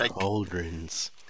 Cauldrons